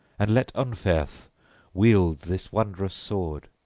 and let unferth wield this wondrous sword,